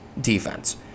defense